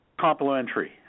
complimentary